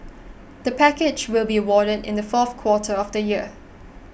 the package will be awarded in the fourth quarter of the year